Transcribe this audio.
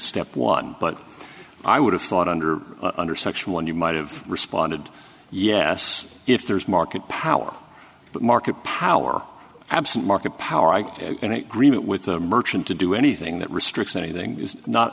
step one but i would have thought under under section one you might have responded yes if there is market power but market power absent market power i can green it with a merchant to do anything that restricts anything is not